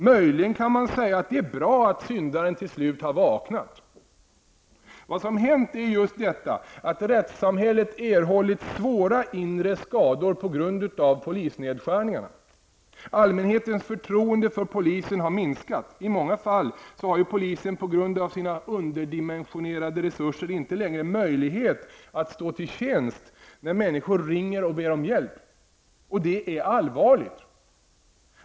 Man kan möjligen säga att det är bra att syndaren till slut har vaknat. Det som har hänt är ju att rättssamhället erhållit svåra inre skador på grund av polisnedskärningarna. Allmänhetens förtroende för polisen har minskat. I många fall har ju polisen på grund av sina underdimensionerade resurser inte längre möjlighet att stå till tjänst när människor ringer och ber om hjälp. Det är allvarligt.